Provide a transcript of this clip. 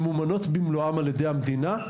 שיהיו ממומנות במלואן על ידי המדינה,